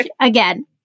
again